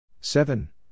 Seven